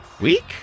week